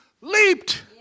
leaped